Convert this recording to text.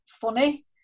funny